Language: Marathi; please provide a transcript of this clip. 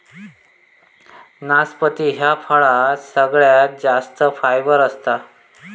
नाशपती ह्या फळात सगळ्यात जास्त फायबर असता